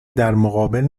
درمقابل